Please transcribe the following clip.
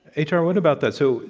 h. r, what about that? so,